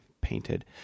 painted